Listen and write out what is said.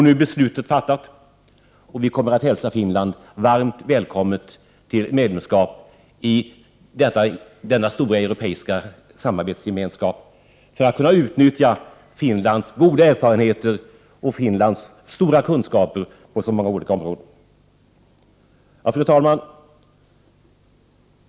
Nu är beslutet fattat, och vi hälsar Finland varmt välkommet som medlem i denna stora europeiska samarbetsgemenskap, för att kunna utnyttja Finlands goda erfarenheter och stora kunskaper på så många olika områden. Fru talman!